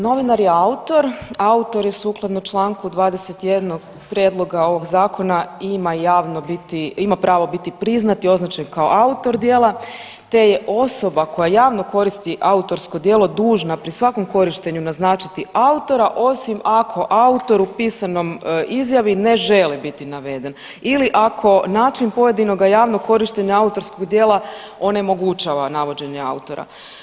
Novinar je autor, autor je sukladno čl. 21. prijedloga ovog zakona ima javno biti, ima pravo biti priznat i označen kao autor djela, te je osoba koja javno koristi autorsko djelo dužna pri svakom korištenju naznačiti autora osim ako autor u pisanoj izjavi ne želi biti naveden ili ako način pojedinoga javnog korištenja autorskog djela onemogućava navođenje autora.